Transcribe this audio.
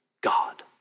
God